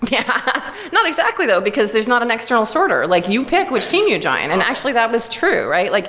yeah. not exactly though, because there's not an external sorter. like you pick which team you join and actually, that was true, right? like